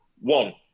One